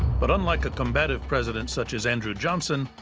but unlike a combative president such as andrew johnson,